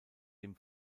dem